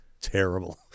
terrible